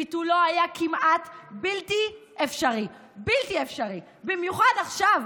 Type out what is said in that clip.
ביטולו היה כמעט בלתי אפשרי; במיוחד עכשיו,